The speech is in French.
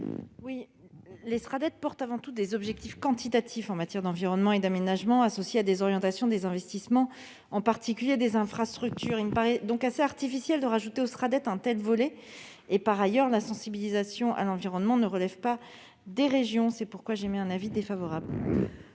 ? Les Sraddet portent avant tout des objectifs quantitatifs en matière d'environnement et d'aménagement, associés à des orientations et des investissements, en particulier dans les infrastructures. Il me paraît donc assez artificiel d'ajouter une telle attribution aux Sraddet. Par ailleurs, la sensibilisation à l'environnement ne relève pas des régions. Le Gouvernement a donc émis un avis défavorable